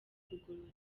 kugorora